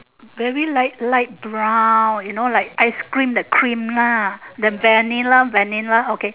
very light light brown you know like ice cream the cream lah the vanilla vanilla okay